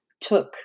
took